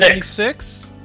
six